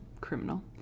criminal